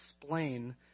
explain